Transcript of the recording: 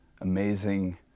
amazing